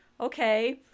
okay